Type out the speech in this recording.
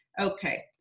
okay